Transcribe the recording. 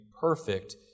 perfect